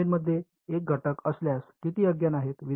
डोमेनमध्ये एन घटक असल्यास किती अज्ञात आहेत